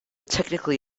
technically